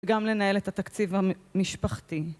גם לנהל את התקציב המשפחתי.